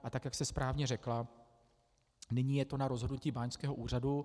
A tak jak jste správně řekla, nyní je to na rozhodnutí báňského úřadu.